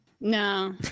No